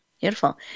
beautiful